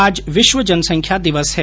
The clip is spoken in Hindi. आज विष्व जनसंख्या दिवस है